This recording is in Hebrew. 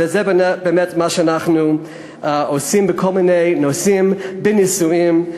וזה באמת מה שאנחנו עושים בכל מיני נושאים: בנישואין,